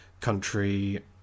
country